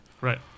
Right